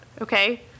Okay